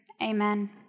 Amen